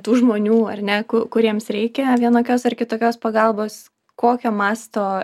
tų žmonių ar ne ku kuriems reikia vienokios ar kitokios pagalbos kokio masto